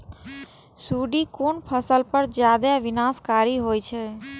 सुंडी कोन फसल पर ज्यादा विनाशकारी होई छै?